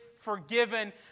forgiven